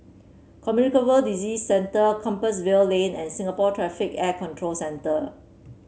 Communicable Disease Centre Compassvale Lane and Singapore Traffic Air Control Centre